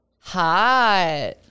Hot